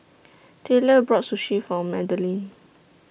Tayler bought Sushi For Madilyn